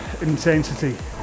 intensity